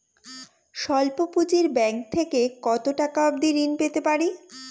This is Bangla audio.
স্বল্প পুঁজির ব্যাংক থেকে কত টাকা অবধি ঋণ পেতে পারি?